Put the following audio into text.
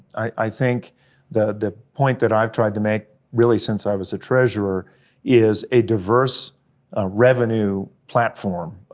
i think the point that i've tried to make really since i was a treasurer is a diverse revenue platform,